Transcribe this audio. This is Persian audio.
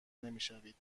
نمیشوید